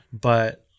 But-